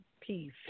peace